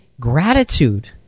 Gratitude